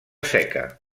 seca